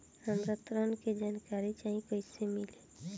हमरा ऋण के जानकारी चाही कइसे मिली?